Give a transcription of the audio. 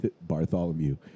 Bartholomew